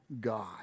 God